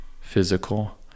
physical